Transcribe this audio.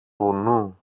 βουνού